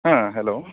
ओ हेलौ